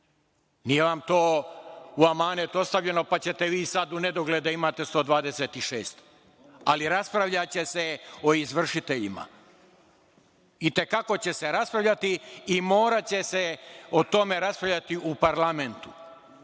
Nije vam to u amanet ostavljeno, pa ćete vi sad u nedogled da imate 126. Ali, raspravljaće se o izvršiteljima, itekako će se raspravljati i moraće se o tome raspravljati u parlamentu,